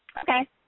Okay